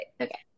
Okay